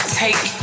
take